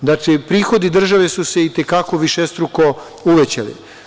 Znači, prihodi države su se i te kako višestruko uvećali.